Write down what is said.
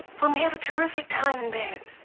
when we have a terrific time in bed.